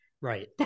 Right